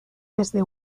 desde